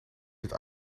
dit